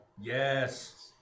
Yes